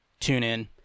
TuneIn